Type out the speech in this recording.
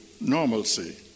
normalcy